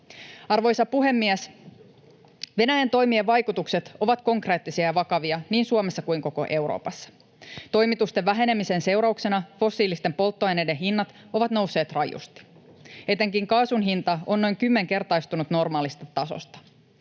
Arvoisa puhemies! Venäjän toimien vaikutukset ovat konkreettisia ja vakavia niin Suomessa kuin koko Euroopassa. Toimitusten vähenemisen seurauksena fossiilisten polttoaineiden hinnat ovat nousseet rajusti. Etenkin kaasun hinta on noin kymmenkertaistunut normaalista tasosta.